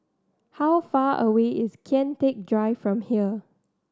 how far away is Kian Teck Drive from here